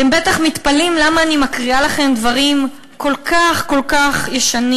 אתם בטח מתפלאים למה אני מקריאה לכם דברים כל כך כל כך ישנים.